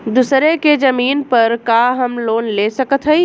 दूसरे के जमीन पर का हम लोन ले सकत हई?